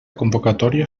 convocatòria